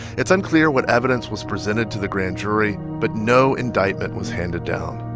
it's unclear what evidence was presented to the grand jury, but no indictment was handed down